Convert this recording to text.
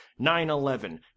9-11